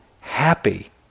happy